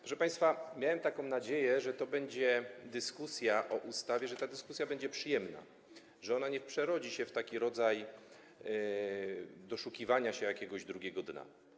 Proszę państwa, miałem nadzieję, że to będzie dyskusja o ustawie, że ta dyskusja będzie przyjemna, że ona nie przerodzi się w takie doszukiwanie się jakiegoś drugiego dna.